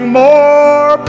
more